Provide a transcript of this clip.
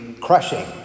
crushing